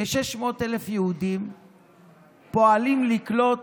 כ-600,000 יהודים פועלים לקלוט